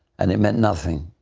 and it meant nothing.